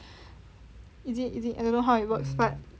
is it is it I don't know how it works but